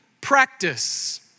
practice